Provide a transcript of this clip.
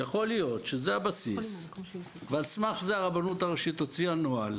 יכול להיות שזה הבסיס ועל סמך זה הרבנות הראשית הוציאה נוהל,